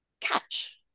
catch